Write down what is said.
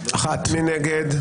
מי נגד?